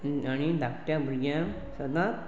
आनी धाकट्या भुरग्यांक सदांच